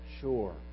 sure